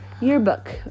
yearbook